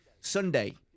Sunday